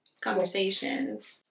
conversations